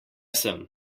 sem